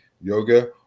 yoga